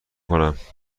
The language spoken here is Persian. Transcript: کنم